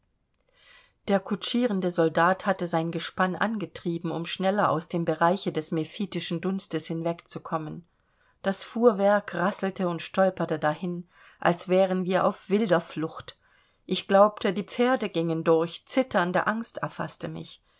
der kutschierende soldat hatte sein gespann angetrieben um schneller aus dem bereiche des mephitischen dunstes hinwegzukommen das fuhrwerk rasselte und stolperte dahin als wären wir auf wilder flucht ich glaubte die pferde gingen durch zitternde angst erfaßte mich